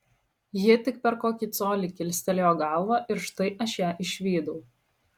ji tik per kokį colį kilstelėjo galvą ir štai aš ją išvydau